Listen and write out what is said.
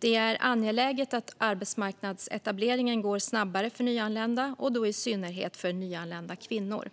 Det är angeläget att arbetsmarknadsetableringen går snabbare för nyanlända, och då i synnerhet för nyanlända kvinnor.